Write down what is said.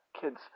Kids